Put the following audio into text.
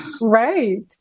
Right